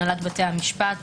הנהלת בתי המשפט,